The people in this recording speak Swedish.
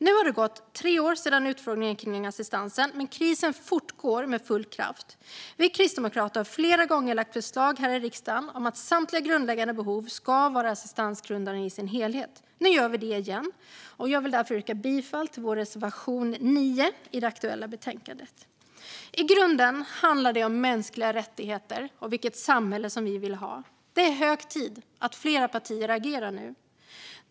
Det har nu gått tre år sedan utfrågningen om assistansen, men krisen fortgår med full kraft. Vi kristdemokrater har flera gånger lagt fram förslag här i riksdagen om att samtliga grundläggande behov ska vara assistansgrundande i sin helhet. Nu gör vi det igen, och jag vill därför yrka bifall till vår reservation 9 i det aktuella betänkandet. I grunden handlar det om mänskliga rättigheter och vilket samhälle som vi vill ha. Det är hög tid att fler partier agerar nu.